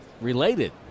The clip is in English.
related